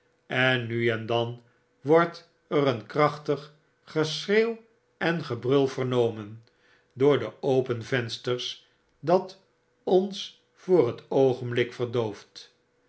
en nu en dan wordt er een krachtig geschreeuw en gebrul vernomen door de open vensters dat ons voor t oogenblik verdooft